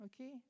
okay